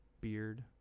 beard